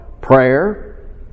prayer